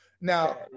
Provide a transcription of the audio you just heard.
Now